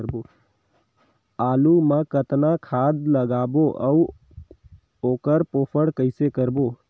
आलू मा कतना खाद लगाबो अउ ओकर पोषण कइसे करबो?